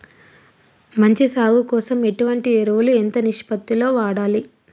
మంచి సాగు కోసం ఎటువంటి ఎరువులు ఎంత నిష్పత్తి లో వాడాలి?